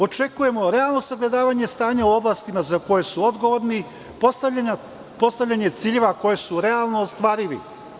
Očekujemo realno sagledavanje stanja u oblastima za koje su odgovorni, postavljanje ciljeva koji su realno ostvarivi.